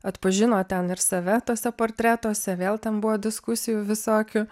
atpažino ten ir save tuose portretuose vėl ten buvo diskusijų visokių